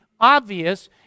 obvious